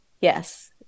yes